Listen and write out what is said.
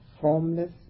Formless